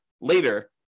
later